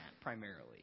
primarily